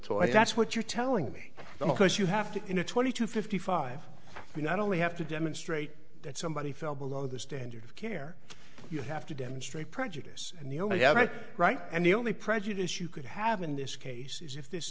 talk that's what you're telling me the case you have to in a twenty to fifty five you not only have to demonstrate that somebody fell below the standard of care you have to demonstrate prejudice and the only right and the only prejudice you could have in this case is if this